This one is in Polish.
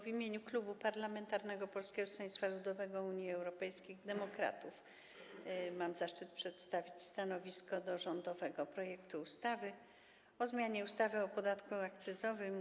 W imieniu Klubu Poselskiego Polskiego Stronnictwa Ludowego - Unii Europejskich Demokratów mam zaszczyt przedstawić stanowisko wobec rządowego projektu ustawy o zmianie ustawy o podatku akcyzowym oraz